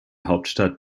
hauptstadt